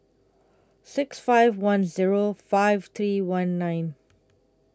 six five one Zero five three one nine